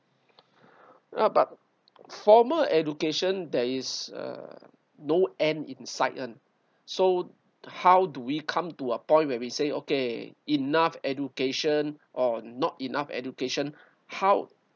ya but former education there is uh no end in sight one so how do we come to a point where we say okay enough education or not enough education how